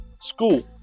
school